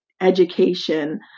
education